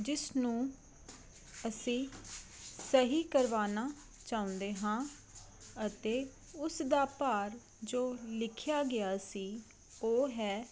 ਜਿਸ ਨੂੰ ਅਸੀਂ ਸਹੀ ਕਰਵਾਣਾ ਚਾਹੁੰਦੇ ਹਾਂ ਅਤੇ ਉਸ ਦਾ ਭਾਰ ਜੋ ਲਿਖਿਆ ਗਿਆ ਸੀ ਉਹ ਹੈ